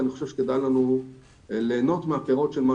ואני חושב שכדאי לנו ליהנות מהפירות של מה